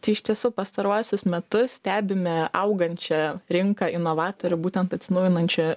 tai iš tiesų pastaruosius metus stebime augančią rinką inovatorių būtent atsinaujinančią